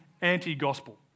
anti-gospel